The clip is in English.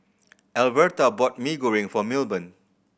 Alverta bought Mee Goreng for Milburn